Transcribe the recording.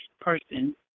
person